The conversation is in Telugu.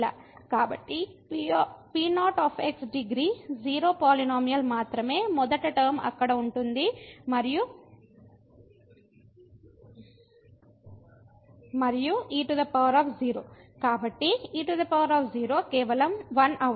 కాబట్టి P0 డిగ్రీ 0 పాలినోమియల్ మాత్రమే మొదటి టర్మ అక్కడ ఉంటుంది మరియు e0 కాబట్టి e0 కేవలం 1 అవుతుంది